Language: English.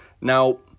Now